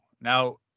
Now